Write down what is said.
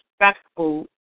respectful